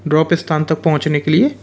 drop स्थान तक पहुँचने के लिए